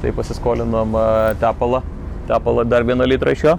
tai pasiskolinom tepala tepalo dar vieną litrą iš jo